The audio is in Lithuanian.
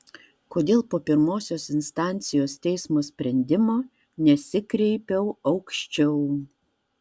kodėl po pirmosios instancijos teismo sprendimo nesikreipiau aukščiau